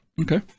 okay